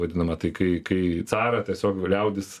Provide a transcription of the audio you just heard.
vadinama tai kai kai carą tiesiog liaudis